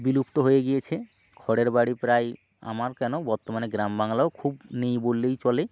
বিলুপ্ত হয়ে গিয়েছে খড়ের বাড়ি প্রায় আমার কেন বর্তমানে গ্রাম বাংলায়ও খুব নেই বললেই চলে